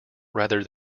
rather